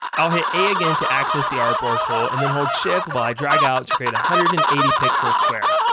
i'll hit a again to access the artboard tool and then hold shift while i drag out to create a one hundred and eighty pixel square.